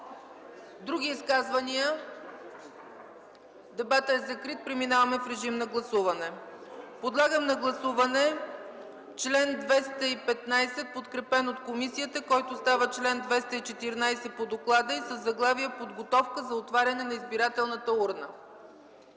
Други изказвания? Дебатът е закрит. Преминаваме в режим на гласуване. Подлагам на гласуване чл. 215 подкрепен от комисията, който става чл. 214 по доклада със заглавие „Подготовка за отваряне на избирателната урна”.